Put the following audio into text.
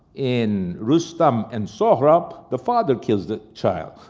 in rostam and sohrab, the father kills the child.